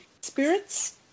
spirits